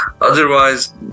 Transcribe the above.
Otherwise